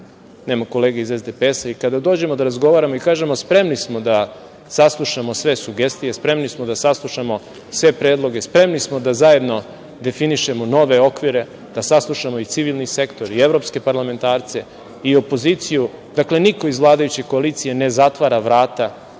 nema kolege iz SDPS, i kada dođemo da razgovaramo i kažemo - spremni smo da saslušamo sve sugestije, spremni smo da saslušamo sve predloge, spremni smo da zajedno definišemo nove okvire, da saslušamo i civilni sektor i evropske parlamentarce i opoziciju, dakle, niko iz vladajuće koalicije ne zatvara vrata